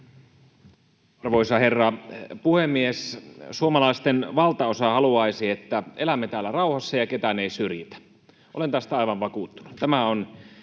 Arvoisa herra puhemies! Suomalaisten valtaosa haluaisi, että elämme täällä rauhassa ja ketään ei syrjitä. Olen tästä aivan vakuuttunut.